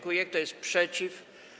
Kto jest przeciw?